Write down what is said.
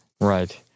Right